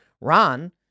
Ron